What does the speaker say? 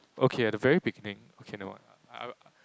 okay at the very beginning okay you know what I'll